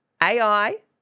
AI